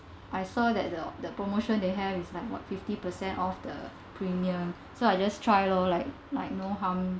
I saw that the the promotions they have is like what fifty per cent off the premium so I just try loh like like no harm